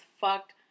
fucked